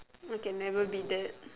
I can never be that